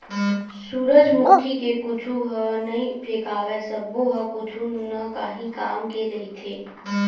सूरजमुखी के कुछु ह नइ फेकावय सब्बो ह कुछु न काही काम के रहिथे